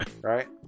right